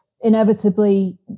inevitably